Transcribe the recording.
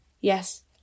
Yes